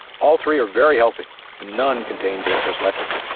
all three are very healthy and none contain dangerous lectins.